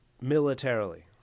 militarily